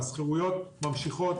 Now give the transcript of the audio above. השכירויות ממשיכות,